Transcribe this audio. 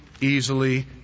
easily